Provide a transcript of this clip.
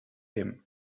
him